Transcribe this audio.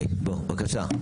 בבקשה.